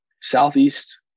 southeast